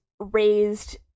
raised